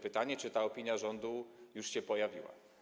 Pytanie, czy ta opinia rządu już się pojawiła.